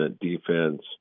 defense